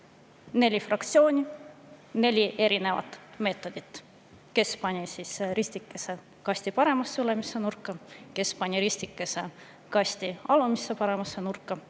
Neli fraktsiooni, neli erinevat meetodit: kes pani ristikese kasti paremasse ülemisse nurka, kes pani ristikese kasti alumisse paremasse nurka